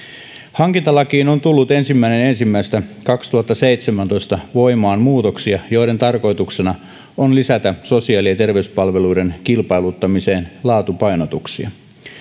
hankintalakiin on tullut ensimmäinen ensimmäistä kaksituhattaseitsemäntoista voimaan muutoksia joiden tarkoituksena on lisätä sosiaali ja terveyspalveluiden kilpailuttamisen laatupainotuksia